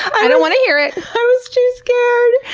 i don't want to hear it! i was too scared!